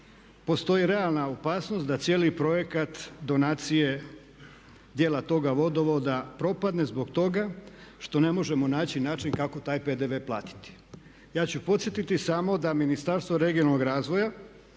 postoji realna opasnost da cijeli projekat donacije djela toga vodovoda propadne zbog toga što ne možemo naći način kako taj PDV platiti. Ja ću podsjetiti samo da Ministarstvo regionalnog razvoja